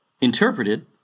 Interpreted